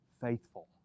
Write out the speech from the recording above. faithful